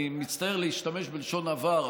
אני מצטער להשתמש בלשון עבר,